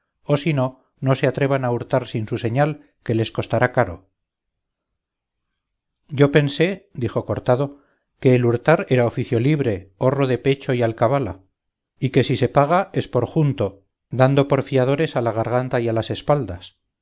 o si no no se atrevan a hurtar sin su señal que les costará caro yo pensé dijo cortado que el hurtar era oficio libre horro de pecho y alcabala y que si se paga es por junto dando por fiadores a la garganta y a las espaldas